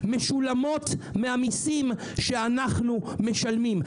משולמות מהמיסים שאנחנו משלמים.